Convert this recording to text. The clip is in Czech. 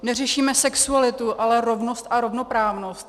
Neřešíme sexualitu, ale rovnost a rovnoprávnost.